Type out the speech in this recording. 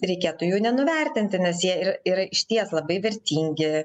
reikėtų jų nenuvertinti nes jie yra yra išties labai vertingi